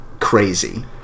Crazy